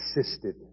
assisted